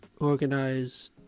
organize